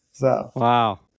Wow